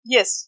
Yes